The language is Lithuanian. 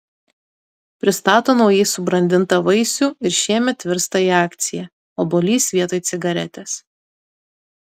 pristato naujai subrandintą vaisių ir šiemet virsta į akciją obuolys vietoj cigaretės